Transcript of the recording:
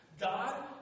God